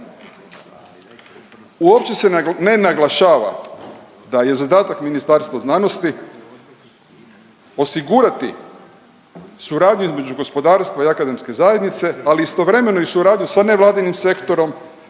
uopće se ne naglašava da je zadatak Ministarstva znanosti osigurati suradnju između gospodarstva i akademske zajednice, ali istovremeno i suradnju sa nevladinim sektorom,